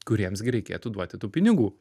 kuriems gi reikėtų duoti tų pinigų